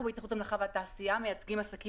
אנחנו בהתאחדות המלאכה והתעשייה מייצגים עסקים